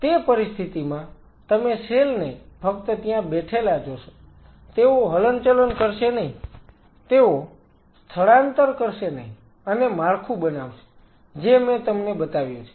તે પરિસ્થિતિમાં તમે સેલ ને ફક્ત ત્યાં બેઠેલા જોશો તેઓ હલન ચલન કરશે નહીં તેઓ સ્થળાંતર કરશે નહીં અને માળખું બનાવશે જે મેં તમને બતાવ્યું છે